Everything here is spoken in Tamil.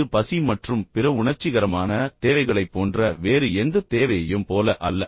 இது பசி மற்றும் பிற உணர்ச்சிகரமான தேவைகளைப் போன்ற வேறு எந்தத் தேவையையும் போல அல்ல